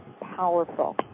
powerful